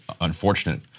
unfortunate